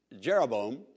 Jeroboam